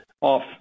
off